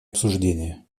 обсуждение